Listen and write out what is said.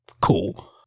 cool